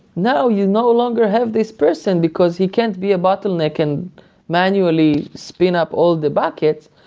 now you no longer have this person, because he can't be a bottleneck and manually spin up all the buckets,